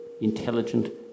intelligent